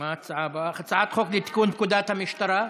הצעת חוק לתיקון פקודת המשטרה.